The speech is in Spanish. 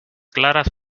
claras